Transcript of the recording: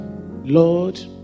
Lord